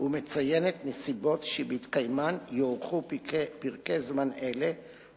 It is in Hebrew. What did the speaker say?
מציינת נסיבות שבהתקיימן יוארכו פרקי זמן אלה,